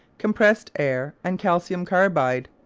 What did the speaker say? compressed air, and calcium-carbide.